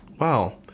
wow